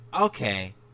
okay